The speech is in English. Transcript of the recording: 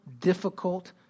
difficult